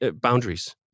boundaries